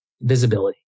visibility